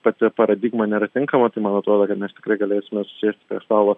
pati paradigma nėra tinkama tai man atrodo kad mes tikrai galėsime susėsti prie stalo